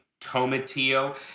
tomatillo